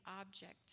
object